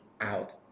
out